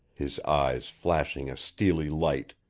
his eyes flashing a steely light,